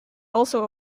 also